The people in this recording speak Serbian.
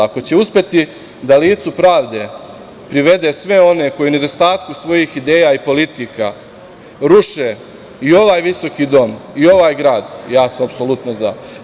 Ako će uspeti da licu pravde privede sve one koje u nedostatku svojih ideja i politika ruše i ovaj visoki dom i ovaj grad, ja sam apsolutno za.